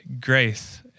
grace